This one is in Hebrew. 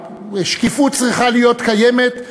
שקיפות צריכה להיות קיימת,